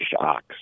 shocks